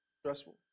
stressful